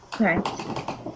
Okay